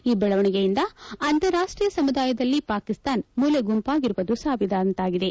ಈ ಬೆಳವಣಿಗೆಯಿಂದ ಅಂತಾರಾಷ್ಷೀಯ ಸಮುದಾಯದಲ್ಲಿ ಪಾಕಿಸ್ತಾನ ಮೂಲೆಗುಂಪಾಗಿರುವುದು ಸಾಬೀತಾದಂತಾಗಿದೆ